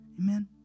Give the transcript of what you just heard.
Amen